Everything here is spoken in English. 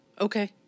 Okay